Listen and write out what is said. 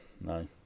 No